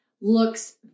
looks